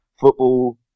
football